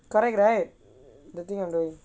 correct right the thing you're doing